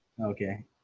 Okay